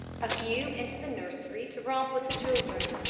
a few into the nursery to romp with the children,